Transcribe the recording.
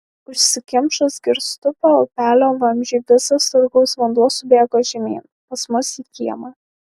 užsikimšus girstupio upelio vamzdžiui visas turgaus vanduo subėgo žemyn pas mus į kiemą